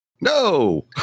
No